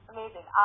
Amazing